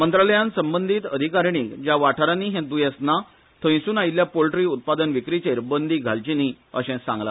मंत्रालयान संबंदीत अधिकारिणीक ज्या वाठारांनी हैं दुयेंस ना थंयसून आयिल्ल्या पोल्ट्री उत्पादन विक्रिचेर बंदी घालची न्ही अशे सांगला